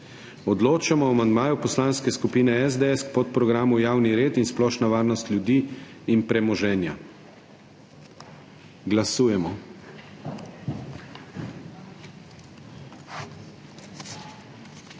Odločamo o amandmaju Poslanske skupine SDS k podprogramu Javni red in splošna varnost ljudi in premoženja. Glasujemo.